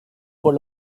por